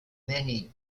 many